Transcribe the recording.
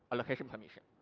location permission.